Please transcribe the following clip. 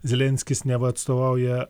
zelenskis neva atstovauja